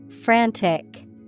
Frantic